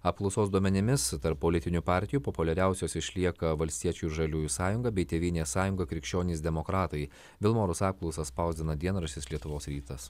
apklausos duomenimis tarp politinių partijų populiariausios išlieka valstiečių ir žaliųjų sąjunga bei tėvynės sąjunga krikščionys demokratai vilmorus apklausą spausdina dienraštis lietuvos rytas